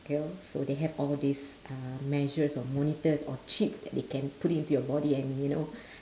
so they have all these uh measures or monitors or chips that they can put into your body and you know